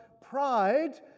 Pride